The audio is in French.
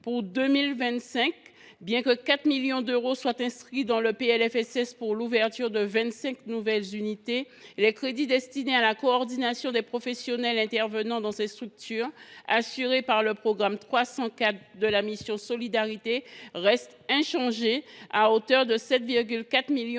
pour 2025. Bien que 4 millions d’euros soient inscrits dans le PLFSS pour l’ouverture de 25 nouvelles unités, les crédits destinés à la coordination des professionnels intervenant dans ces structures, qui figurent dans le programme 304 de la mission « Solidarité, insertion et égalité des chances